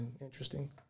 interesting